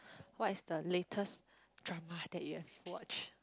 what is the latest drama that you have watch